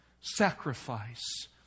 sacrifice